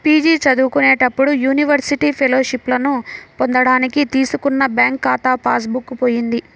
PG చదువుకునేటప్పుడు university ఫెలోషిప్పులను పొందడానికి తీసుకున్న బ్యాంకు ఖాతా పాస్ బుక్ పోయింది